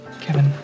Kevin